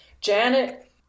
Janet